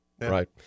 right